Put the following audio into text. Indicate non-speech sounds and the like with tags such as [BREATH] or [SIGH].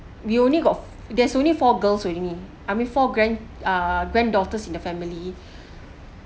we only got there's only four girls with me I mean four grand ah granddaughters in the family [BREATH]